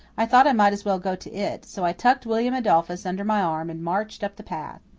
i thought i might as well go to it, so i tucked william adolphus under my arm and marched up the path.